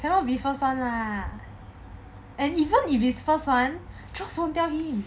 cannot be first [one] lah and even if it's first [one] joyce won't tell me